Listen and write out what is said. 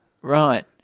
Right